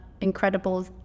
incredible